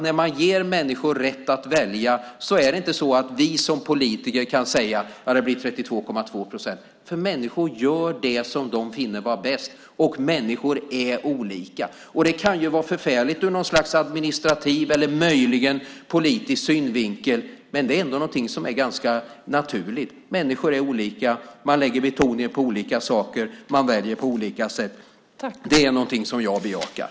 När man ger människor rätt att välja kan inte vi som politiker säga: Ja, det blir 32,2 procent. Människor gör nämligen det som de finner vara bäst, och människor är olika. Det kan ju vara förfärligt ur något slags administrativ eller möjligen politisk synvinkel, men det är ändå någonting som är ganska naturligt. Människor är olika. Man lägger betoningen på olika saker. Man väljer på olika sätt. Det är någonting som jag bejakar.